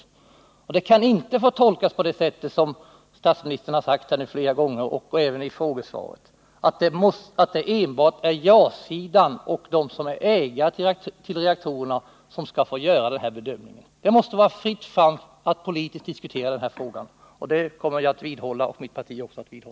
Skrivningen kan inte få tolkas på det sätt som statsministern sagt här flera gånger, och även i frågesvaret, att det enbart är ja-sidan och de som är ägare till reaktorerna som skall få göra bedömningen. Det måste vara fritt fram att politiskt diskutera den här frågan, och det kommer vi att vidhålla från mitt partis sida.